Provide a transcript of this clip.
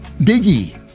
biggie